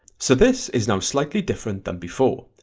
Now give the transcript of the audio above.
so this is now slightly different than before,